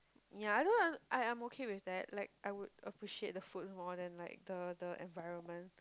ya I don't I I'm okay with that like I would appreciate the food more than like the the environment